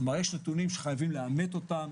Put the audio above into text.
יש נתונים שחייבים לאמת אותם.